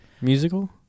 musical